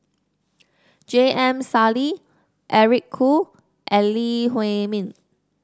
J M Sali Eric Khoo and Lee Huei Min